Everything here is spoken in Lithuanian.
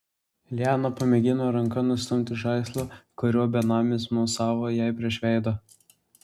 liana pamėgino ranka nustumti žaislą kuriuo benamis mosavo jai prieš veidą